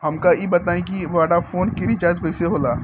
हमका ई बताई कि वोडाफोन के रिचार्ज कईसे होला?